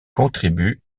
contribuent